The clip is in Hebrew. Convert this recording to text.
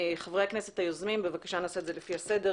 חברי הכנסת היוזמים, בבקשה, נעשה את זה לפי הסדר.